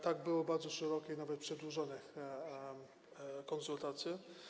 Tak, były bardzo szerokie, nawet przedłużone konsultacje.